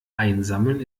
einsammeln